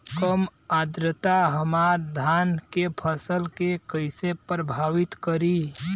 कम आद्रता हमार धान के फसल के कइसे प्रभावित करी?